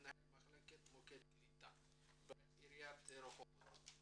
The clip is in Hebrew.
מנהל מחלקת מוקד קליטה בעירית רחובות.